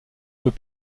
peut